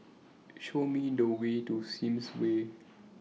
Show Me The Way to Sims Way